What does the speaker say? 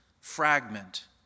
fragment